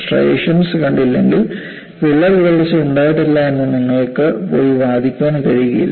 striations കണ്ടില്ലെങ്കിൽ വിള്ളൽ വളർച്ച ഉണ്ടായിട്ടില്ല എന്ന് നിങ്ങൾക്ക് പോയി വാദിക്കാൻ കഴിയില്ല